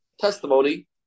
testimony